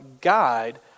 guide